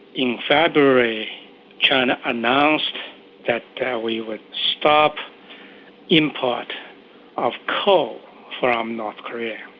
in february china announced that we would stop import of coal from north korea,